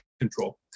control